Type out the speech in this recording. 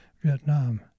Vietnam